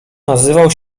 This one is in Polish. nazywał